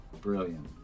Brilliant